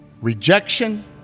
rejection